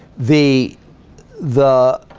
the the